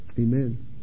Amen